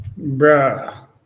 Bruh